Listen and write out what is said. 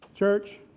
Church